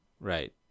Right